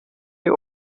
die